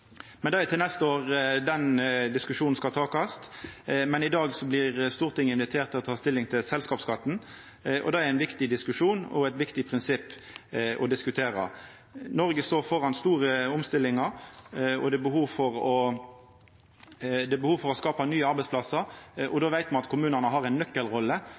Men det er til neste år den diskusjonen skal takast. I dag blir Stortinget invitert til å ta stilling til selskapsskatten. Det er ein viktig diskusjon og eit viktig prinsipp å diskutera. Noreg står framføre store omstillingar, og det er behov for å skapa nye arbeidsplassar. Me veit at kommunane har ei nøkkelrolle. Det er dei som forvaltar plan- og bygningslova, og det er kommunane som er viktige for å skapa